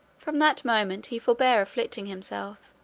from that moment he forbore afflicting himself.